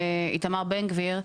איתמר בן גביר,